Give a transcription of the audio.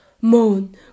moon